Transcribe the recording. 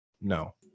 no